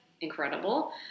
incredible